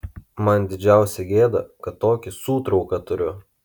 man didžiausia gėda kad tokį sūtrauką turiu